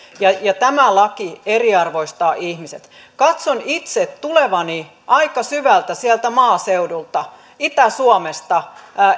ja ja tämä laki eriarvoistaa ihmiset katson itse tulevani aika syvältä sieltä maaseudulta itä suomesta